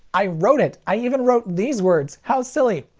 i wrote it! i even wrote these words! how silly.